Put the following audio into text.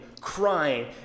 crying